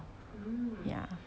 ya